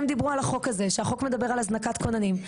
הם דיברו על החוק הזה שהחוק מדבר על הזנקת כוננים.